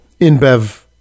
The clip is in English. InBev